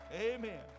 Amen